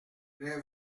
les